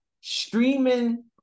streaming